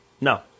No